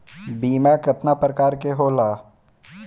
बीमा केतना प्रकार के होला?